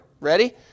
Ready